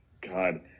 God